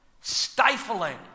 stifling